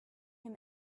him